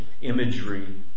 imagery